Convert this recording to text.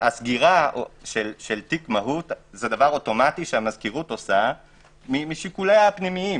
סגירת תיק מהו"ת זה דבר אוטומטי שהמזכירות עושה משיקוליה הפנימיים.